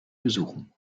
besuchen